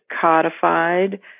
codified